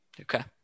Okay